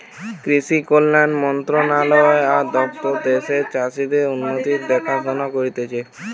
কৃষি কল্যাণ মন্ত্রণালয় আর দপ্তর দ্যাশের চাষীদের উন্নতির দেখাশোনা করতিছে